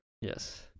Yes